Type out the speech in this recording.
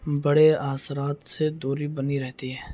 بڑے اثرات سے دوری بنی رہتی ہے